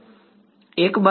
વિદ્યાર્થી એક બાજુ પર